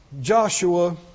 Joshua